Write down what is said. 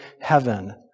heaven